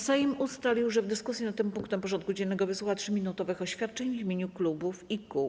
Sejm ustalił, że w dyskusji nad tym punktem porządku dziennego wysłucha 3-minutowych oświadczeń w imieniu klubów i kół.